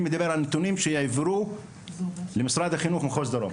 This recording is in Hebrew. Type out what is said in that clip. ואני מדבר על נתונים שעברו למשרד החינוך במחוז הדרום.